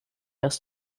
das